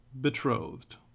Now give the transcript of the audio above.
betrothed